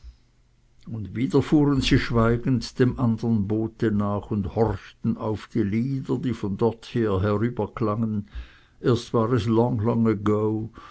und wieder fuhren sie schweigend dem andern boote nach und horchten auf die lieder die von dorther herüberklangen erst war es